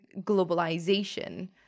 globalization